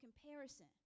comparison